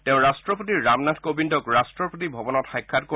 তেওঁ ৰাষ্ট্ৰপতি ৰামনাথ কোবিন্দক ৰাষ্ট্ৰপতি ভৱনত সাক্ষাৎ কৰিব